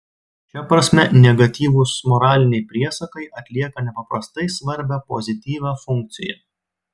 šia prasme negatyvūs moraliniai priesakai atlieka nepaprastai svarbią pozityvią funkciją